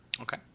Okay